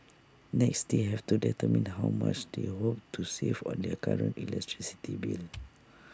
next they have to determine how much they hope to save on their current electricity bill